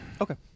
Okay